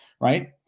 Right